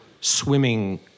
swimming